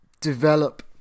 develop